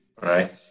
right